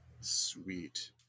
sweet